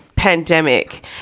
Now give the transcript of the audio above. pandemic